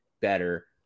better